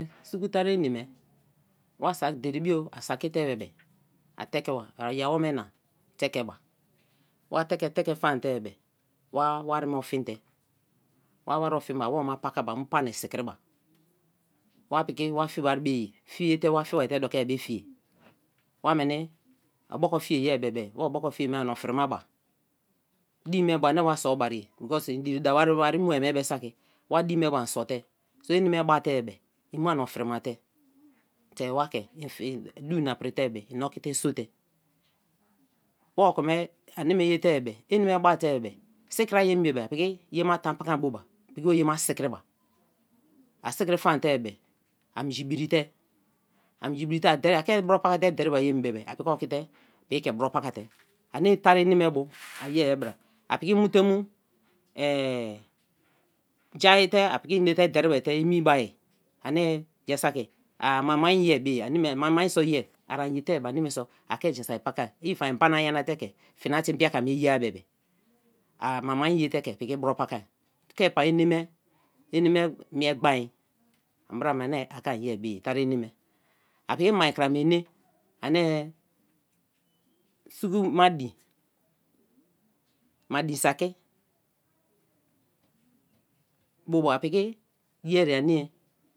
Suku tari ene me na sak, dede bio a saki bebe a teke be, ai-awome na teke ba, wa te ke teke faan te bebe, wa wari me ofonte, wa wari ofon ba, awoma paba mu pani sikriba, wa piki wa fie ba ba-e fie. te wa fie ba te dokia be fie, wa meni oboko fie ye be be, wa oboko fie me ani ofiri ma ba, din me bu ani wa sor barie because i diri dawo wari mu mie be saki wa din be bu an sorte eneme ba te-e be, i me ani ofiri mate te wa ke du i na pri te be be ina ski te so te, wa oko me ani me ye te-e be, eneme ba te-e kebe sikrń me bebe, a piki ye ma tan pakan bo ba, piki bu ye ma sikri ba, a sikri faan te bebe a minji, brii te, a minji brii te â ke bro paka te mu derei mai emi bebe, a piki o ki te piki ke bro paka fe, anie tari ene me bu aye ba bra, a piki mu temu jaa te a piki ina te derimate emi bai, ani jaa saki, a mai-mai ye bu ye, ani me aimai-mai so ye, ari ye te aniso a ja saki paka if a mbana nyana te ke fini te mbraka me ye-a bebe, a maimai ye te ke piki bro paka, ke ba ene me, eneme mie gbain, ai bra me ani a ke a ye bei-e tari-ene me, a piki mai ikrama ene ani suku mai din mai din saki bo ba a piki ye-e ani.